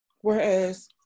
Whereas